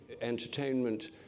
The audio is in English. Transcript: entertainment